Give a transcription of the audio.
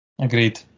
Agreed